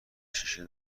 شیشه